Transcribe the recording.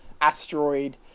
asteroid